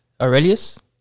Aurelius